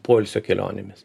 poilsio kelionėmis